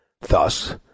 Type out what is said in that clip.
Thus